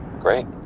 Great